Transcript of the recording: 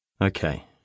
Okay